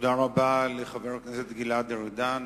תודה רבה לחבר הכנסת גלעד ארדן.